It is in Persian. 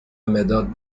مداد